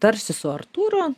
tarsi su artūru